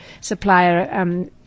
supplier